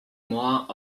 more